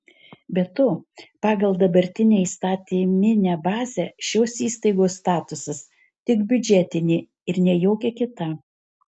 be to pagal dabartinę įstatyminę bazę šios įstaigos statusas tik biudžetinė ir ne jokia kita